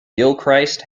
gilchrist